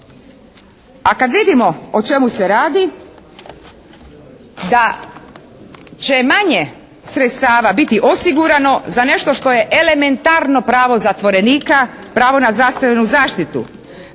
a kad vidimo o čemu se radi da će manje sredstava biti osigurano za nešto što je elementarno pravo zatvorenika pravo na zdravstvenu zaštitu.